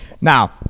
Now